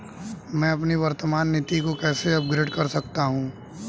मैं अपनी वर्तमान नीति को कैसे अपग्रेड कर सकता हूँ?